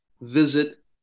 visit